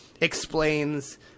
explains